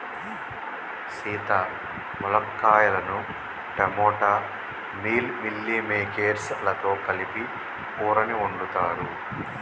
సీత మునక్కాయలను టమోటా మిల్ మిల్లిమేకేర్స్ లతో కలిపి కూరని వండుతారు